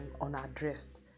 unaddressed